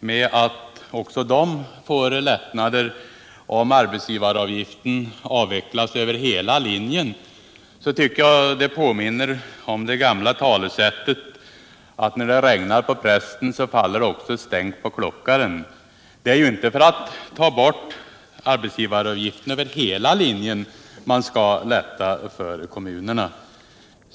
med att också de får lättnader, om arbetsgivaravgiften avvecklas över hela linjen, tycker jag påminner om det gama talesättet att när det regnar på prästen, så droppar det på klockaren. Det är ju inte för att underlätta för kommunerna som man minskar arbetsgivaravgiften över hela linjen.